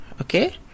okay